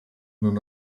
non